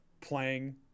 playing